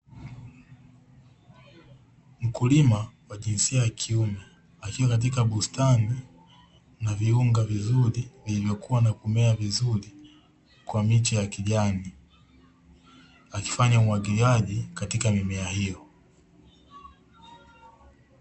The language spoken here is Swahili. Mkulima wa jinsia ya kiume akiwa katika bustani na viunga vizuri vilivyokua na kumea vizuri kwa miche ya kijani, akifanya umwagiliaji katika mimea hiyo.